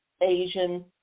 Asian